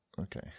Okay